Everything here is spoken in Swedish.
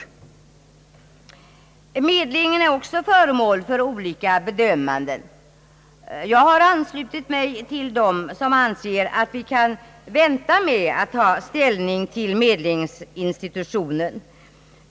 Medlingen är också föremål för olika bedömanden. Jag har anslutit mig till dem som anser att vi kan vänta med att ta ställning till medlingsinstitutet.